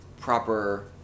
proper